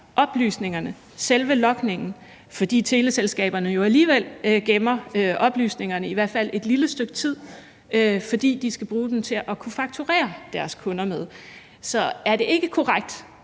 oplysningerne, selve logningen, fordi teleselskaberne jo alligevel gemmer oplysningerne, i hvert fald et lille stykke tid, fordi de skal bruge dem til at kunne fakturere deres kunder med? Så er det ikke korrekt,